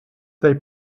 they